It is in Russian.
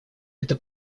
это